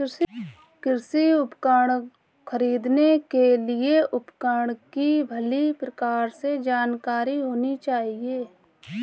कृषि उपकरण खरीदने के लिए उपकरण की भली प्रकार से जानकारी होनी चाहिए